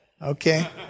Okay